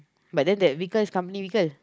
but then that vehicle is company vehicle